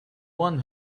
one